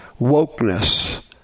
wokeness